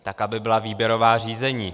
Tak, aby byla výběrová řízení.